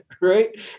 right